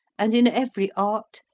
and in every art,